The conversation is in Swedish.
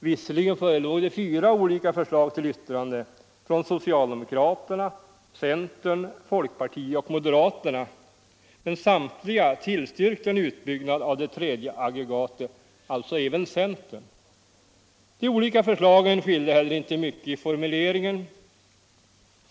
Visserligen förelåg det fyra olika förslag till yttrande, från socialdemokraterna, centern, folkpartiet och moderaterna, men samtliga tillstyrkte en utbyggnad av det tredje aggregatet, alltså även centern. De olika förslagen skilde heller inte mycket i formuleringen.